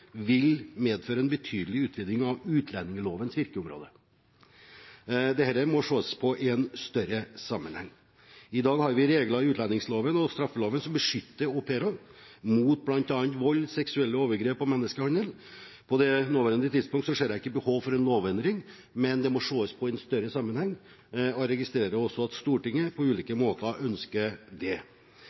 vil medføre en betydelig utviding av utlendingslovens virkeområde. Dette må ses på i en større sammenheng. I dag har vi regler i utlendingsloven og straffeloven som beskytter au pairer mot bl.a. vold, seksuelle overgrep og menneskehandel. På det nåværende tidspunkt ser jeg ikke noe behov for en lovendring, men det må ses på i en større sammenheng. Jeg registrerer også at Stortinget på ulike måter ønsker det.